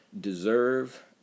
deserve